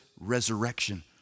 resurrection